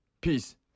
Peace